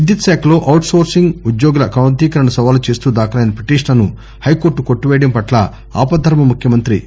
విద్యుత్తు శాఖలో outsourcing ఉద్యోగుల క్రమబద్దీకరణను సవాలు చేస్తూ దాఖలైన పిటిషన్లను హైకోర్టు కొట్టిపేయడం పట్ల ఆపద్దర్మ ముఖ్యమంత్రి కె